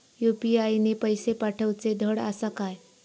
UPI ने पैशे पाठवूचे धड आसा काय?